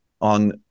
on